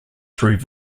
through